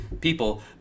people